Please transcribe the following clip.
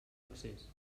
accés